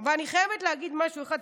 אבל אני חייבת להגיד משהו אחד,